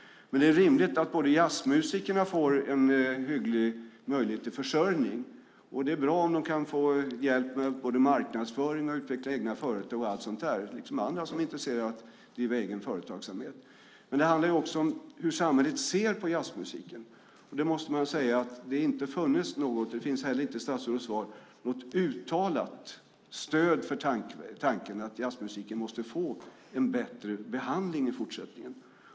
Men det är rimligt att jazzmusikerna får en hygglig möjlighet till försörjning. Det är bra om de kan få hjälp med att marknadsföra sig och utveckla egna företag, och det gäller även andra som är intresserade av att driva egen företagsamhet. Det handlar också om hur samhället ser på jazzmusiken. Det har inte funnits, och det finns inte heller i statsrådets svar, något uttalat stöd för tanken att jazzmusiken måste få en bättre behandling i fortsättningen.